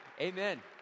amen